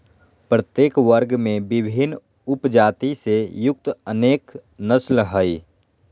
प्रत्येक वर्ग में विभिन्न उपजाति से युक्त अनेक नस्ल हइ